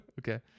Okay